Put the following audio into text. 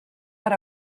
per